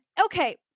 okay